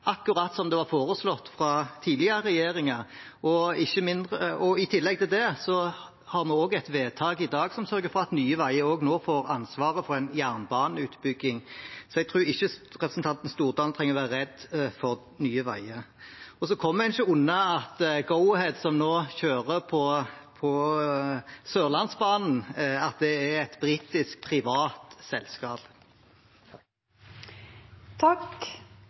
akkurat som det var foreslått fra den tidligere regjeringen. I tillegg til det har vi også et vedtak i dag som sørger for at Nye Veier nå også får ansvaret for en jernbaneutbygging, så jeg tror ikke representanten Stordalen trenger å være redd for Nye Veier. Og så kommer en ikke unna at Go-Ahead, som nå kjører på Sørlandsbanen, er et britisk privat selskap.